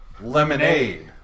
Lemonade